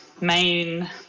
main